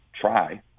try